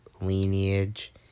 lineage